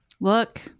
Look